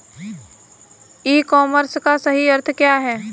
ई commerce का सही अर्थ क्या है?